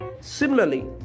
Similarly